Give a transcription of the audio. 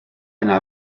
yna